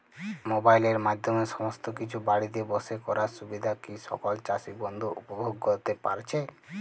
মোবাইলের মাধ্যমে সমস্ত কিছু বাড়িতে বসে করার সুবিধা কি সকল চাষী বন্ধু উপভোগ করতে পারছে?